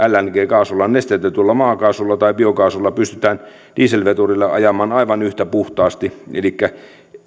kaasulla eli nesteytetyllä maakaasulla tai biokaasulla pystytään dieselveturilla ajamaan aivan yhtä puhtaasti elikkä